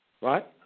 Right